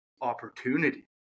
opportunity